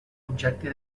objecte